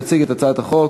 יציג את הצעת החוק